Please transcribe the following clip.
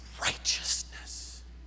righteousness